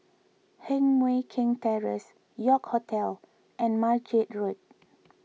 Heng Mui Keng Terrace York Hotel and Margate Road